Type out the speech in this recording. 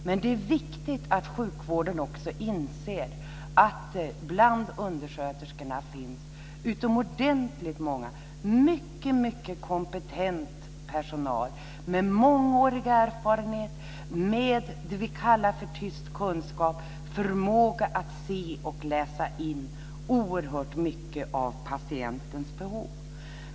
Men det är viktigt att sjukvården också inser att det bland undersköterskorna finns utomordentligt många som är mycket kompetenta med mångårig erfarenhet och med det som vi kallar tyst kunskap och förmåga att se och läsa in oerhört mycket av patientens behov.